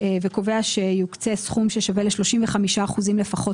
וקובע שיוקצה סכום ששווה ל-35 אחוזים לפחות